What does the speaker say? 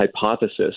hypothesis